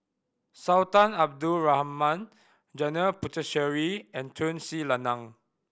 Sultan Abdul Rahman Janil Puthucheary and Tun Sri Lanang